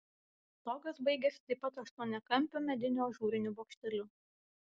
stogas baigėsi taip pat aštuoniakampiu mediniu ažūriniu bokšteliu